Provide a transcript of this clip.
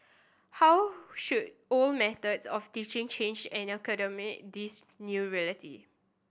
how should old methods of teaching change this new reality